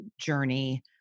journey